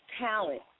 talent